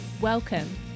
Welcome